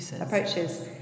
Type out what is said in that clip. approaches